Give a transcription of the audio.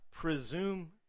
presume